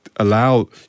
allow